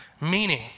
Meaning